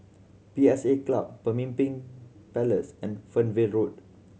P S A Club Pemimpin Place and Fernvale Road